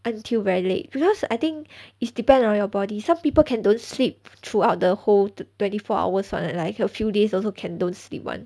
until very late because I think is depend on your body some people can don't sleep throughout the whole twenty four hours [one] like a few days also can don't sleep [one]